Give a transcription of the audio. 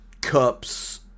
cups